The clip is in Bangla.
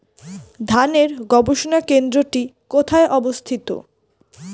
ধানের গবষণা কেন্দ্রটি কোথায় অবস্থিত?